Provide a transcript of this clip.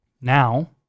Now